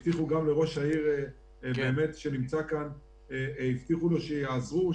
שהבטיחו גם לראש העיר שנמצא כאן הבטיחו לו שיעזרו,